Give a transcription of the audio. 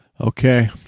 Okay